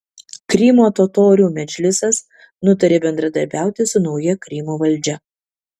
krymo totorių medžlisas nutarė bendradarbiauti su nauja krymo valdžia